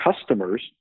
customers